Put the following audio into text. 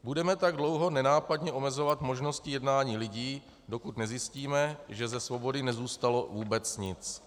Budeme tak dlouho nenápadně omezovat možnosti jednání lidí, dokud nezjistíme, že ze svobody nezůstalo vůbec nic.